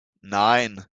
nein